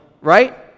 right